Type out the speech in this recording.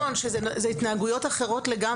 לירון,